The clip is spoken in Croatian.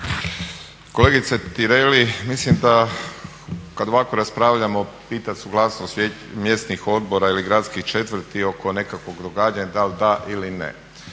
Kolegice Tireli, mislim da kada ovako raspravljamo pitat suglasnost mjesnih odbora ili gradskih četvrti oko nekakvog događanja da li da ili ne,